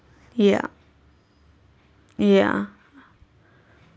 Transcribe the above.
ya ya